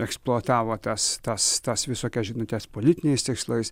eksploatavo tas tas tas visokias žinutes politiniais tikslais